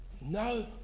no